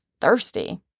thirsty